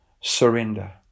surrender